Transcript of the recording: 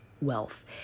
wealth